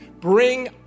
Bring